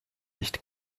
nicht